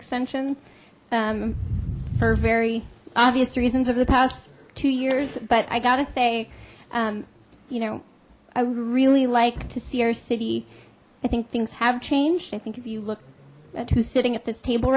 extension for very obvious reasons over the past two years but i gotta say you know i really like to see our city i think things have changed i think if you look at who's sitting at this table